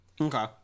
Okay